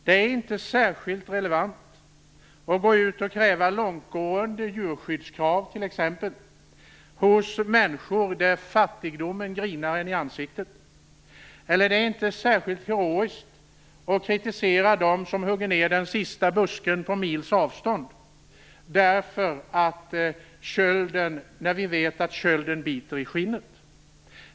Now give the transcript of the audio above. Det är inte särskilt relevant att gå ut och t.ex. kräva långtgående djurskyddskrav hos människor som fattigdomen grinar i ansiktet. Det är inte särskilt heroiskt att kritisera dem som hugger ned den sista busken på mils avstånd när vi vet att kölden biter i deras skinn.